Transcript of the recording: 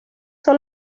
son